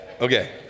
Okay